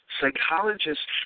psychologists